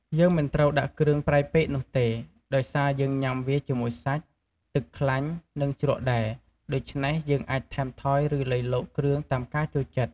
យើងមិនត្រូវដាក់គ្រឿងប្រៃពេកនោះទេ ដោយសារយើងញុាំវាជាមួយសាច់ ទឹកខ្លាញ់ និងជ្រក់ដែរ ដូច្នេះយើងអាចថែមថយឬលៃលកគ្រឿងតាមការចូលចិត្ត។